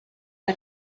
que